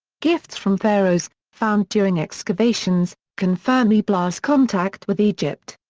gifts from pharaohs, found during excavations, confirm ebla's contact with egypt.